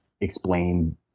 explain